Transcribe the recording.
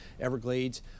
Everglades